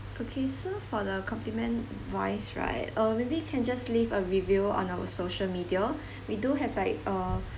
okay so for the compliment wise right uh maybe you can just leave a review on our social media we do have like uh